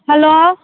hello